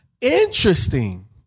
Interesting